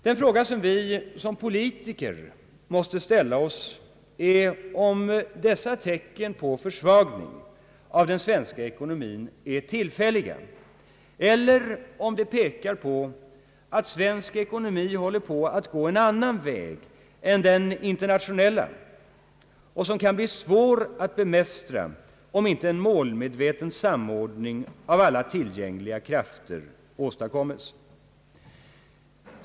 Den fråga vi som politiker måste ställa oss är om dessa tecken på försvagning av den svenska ekonomin är tillfälliga eller om de pekar på att svensk ekonomi håller på att gå en annan väg än den internationella, en väg som kan bli svår att bemästra om inte en målmedveten samordning av alla tillgängliga krafter åstadkommes.